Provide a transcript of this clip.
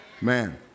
Man